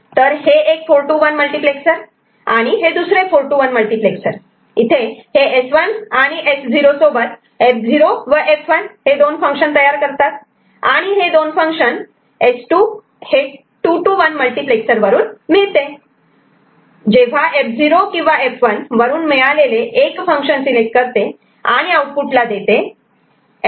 तर हे एक 4 to 1 मल्टिप्लेक्सर आणि हे दुसरे 4 to 1 मल्टिप्लेक्सर हे S1 आणि S0 सोबत F0 व F1 दोन फंक्शन तयार करतात आणि हे दोन फंक्शन आणि S2 हे 2 to 1 मल्टिप्लेक्स सर वरून मिळते जे F0 किंवा F1 वरून मिळालेले एक फंक्शन सिलेक्ट करते आणि आउटपुट ला देते